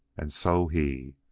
and so he.